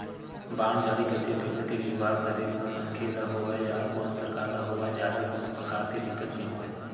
bond जारी करके पइसा के जुगाड़ करे म मनखे ल होवय या कोनो सरकार ल होवय जादा कोनो परकार के दिक्कत नइ होवय